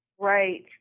Right